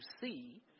see